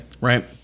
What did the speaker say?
right